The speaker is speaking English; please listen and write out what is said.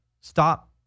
Stop